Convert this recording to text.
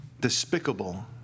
despicable